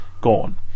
gone